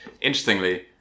Interestingly